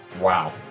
Wow